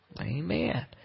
Amen